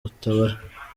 utabara